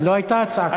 לא הייתה הצעה כזאת.